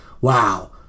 Wow